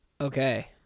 Okay